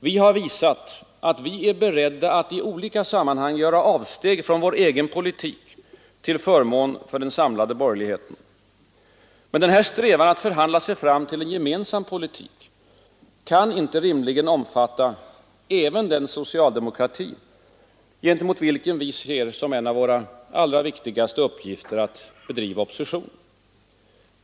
Vi har visat att vi är beredda att i olika sammanhang göra avsteg från vår egen politik till förmån för den samlade borgerligheten. Men denna strävan att förhandla sig fram till en gemensam politik kan inte rimligen omfatta även den socialdemokrati, gentemot vilken vi ser som en av våra allra viktigaste uppgifter att bedriva opposition.